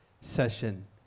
session